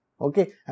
Okay